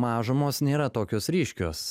mažumos nėra tokios ryškios